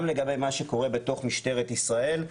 גם לגבי מה שקורה בתוך משטרת ישראל.